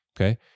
Okay